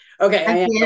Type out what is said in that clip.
okay